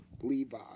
levi